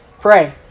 pray